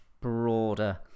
broader